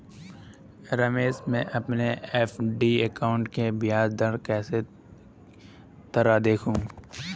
रमेश मैं अपने FD account की ब्याज दर किस तरह देखूं?